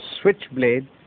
Switchblade